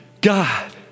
God